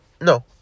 no